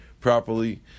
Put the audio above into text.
properly